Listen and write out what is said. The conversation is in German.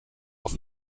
auf